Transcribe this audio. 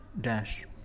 dash